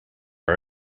our